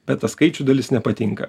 bet ta skaičių dalis nepatinka